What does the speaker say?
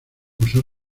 museo